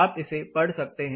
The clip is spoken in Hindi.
आप इसे पढ़ सकते हैं